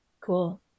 Cool